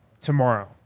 tomorrow